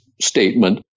statement